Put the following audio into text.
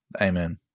Amen